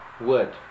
word